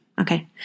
Okay